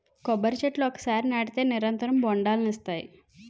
కొబ్బరి చెట్లు ఒకసారి నాటితే నిరంతరం బొండాలనిస్తాయి